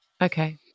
Okay